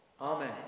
Amen